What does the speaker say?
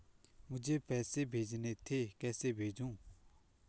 मुझे पैसे भेजने थे कैसे भेजूँ?